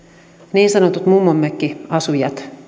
niin sanotut mummonmökkiasujat